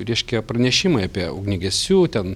reiškia pranešimai apie ugniagesių ten